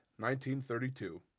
1932